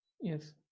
Yes